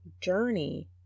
journey